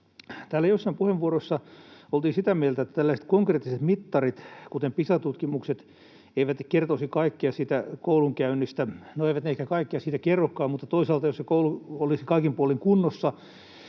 joissain puheenvuoroissa oltiin sitä mieltä, että tällaiset konkreettiset mittarit, kuten Pisa-tutkimukset, eivät kertoisi kaikkea siitä koulunkäynnistä. No eivät ne ehkä kaikkea siitä kerrokaan, mutta toisaalta jos koulu olisi kaikin puolin kunnossa,